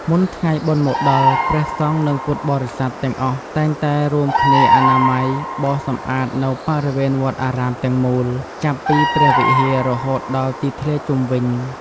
មុនថ្ងៃបុណ្យមកដល់ ព្រះសង្ឃ និងពុទ្ធបរិស័ទ ទាំងអស់តែងតែរួមគ្នាអនាម័យ បោសសម្អាតនូវបរិវេណវត្តអារាមទាំងមូល ចាប់ពីព្រះវិហារ រហូតដល់ទីធ្លាជុំវិញ។